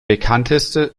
bekannteste